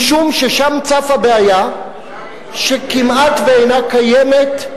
משום ששם צפה בעיה שכמעט אינה קיימת,